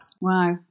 Wow